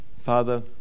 Father